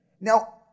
Now